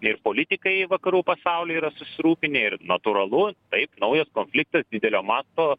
ir politikai vakarų pasauly yra susirūpinę ir natūralu taip naujas konfliktas didelio masto